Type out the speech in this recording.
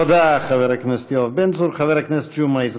תודה, חבר הכנסת יואב בן צור.